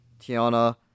Tiana